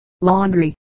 laundry